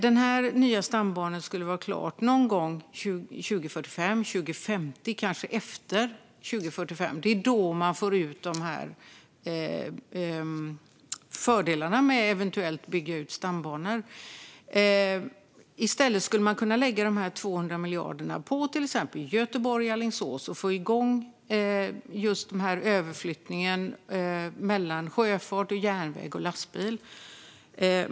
Den här nya stambanan skulle vara klar runt 2045, kanske 2050. Det är efter 2045 man skulle få fördelarna av att eventuellt bygga ut stambanor. Man skulle kunna lägga de 200 miljarderna på till exempel Göteborg-Alingsås i stället och få igång överflyttningen mellan sjöfart, järnväg och lastbil.